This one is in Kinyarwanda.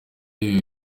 ibi